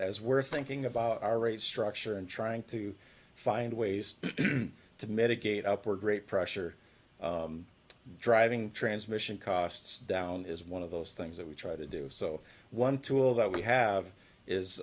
as we're thinking about our rate structure and trying to find ways to mitigate upward rate pressure driving transmission costs down is one of those things that we try to do so one tool that we have is